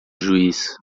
juiz